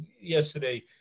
yesterday